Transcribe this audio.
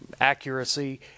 accuracy